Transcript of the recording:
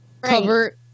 cover